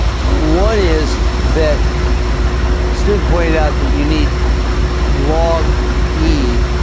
one, is that a student pointed out that you need log e?